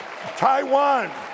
Taiwan